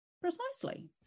Precisely